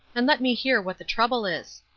and let me hear what the trouble is.